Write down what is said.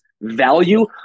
value